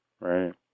Right